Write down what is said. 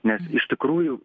nes iš tikrųjų